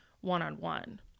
one-on-one